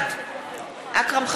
בעד אכרם חסון,